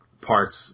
parts